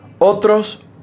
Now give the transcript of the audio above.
Otros